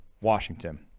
Washington